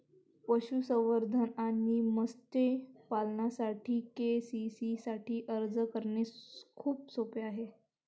पशुसंवर्धन आणि मत्स्य पालनासाठी के.सी.सी साठी अर्ज करणे खूप सोपे आहे